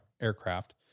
aircraft